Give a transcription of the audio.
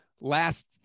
Last